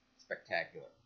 spectacular